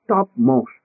Topmost